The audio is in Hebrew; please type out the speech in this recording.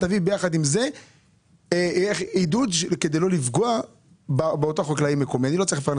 תביא ביחד עם זה עידוד כדי לא לפגוע באותם חקלאים מקומיים.